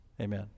Amen